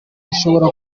bishobora